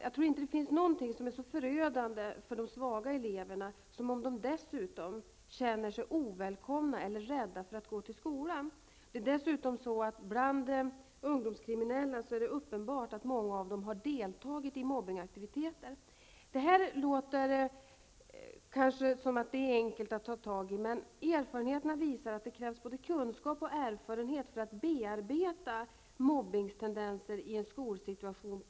Jag tror inte att det finns något som är så förödande för de svaga eleverna som att känna sig ovälkomna eller rädda för att gå till skolan. Dessutom har många ungdomskriminella deltagit i mobbningaktiviteter. Det kan verka enkelt att göra något åt detta, men erfarenheterna visar att det krävs både kunskap och erfarenhet för att på ett vettigt sätt bearbeta tendenser till mobbning i en skolsituation.